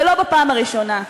ולא בפעם הראשונה.